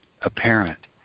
apparent